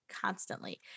constantly